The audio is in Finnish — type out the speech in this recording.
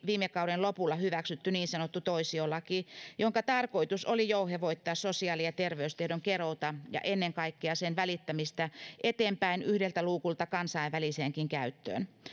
viime kauden lopulla hyväksytty niin sanottu toisiolaki jonka tarkoitus oli jouhevoittaa sosiaali ja terveystiedon keruuta ja ennen kaikkea sen välittämistä eteenpäin yhdeltä luukulta kansainväliseenkin käyttöön